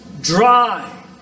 dry